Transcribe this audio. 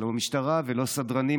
לא משטרה ולא סדרנים,